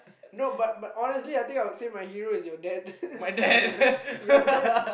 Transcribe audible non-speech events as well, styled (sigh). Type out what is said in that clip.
no but but honestly I think I would say my hero is your dad (laughs) your dad